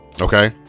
Okay